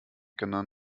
genannt